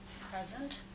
present